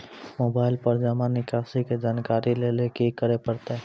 Mobile पर जमा निकासी के जानकरी लेली की करे परतै?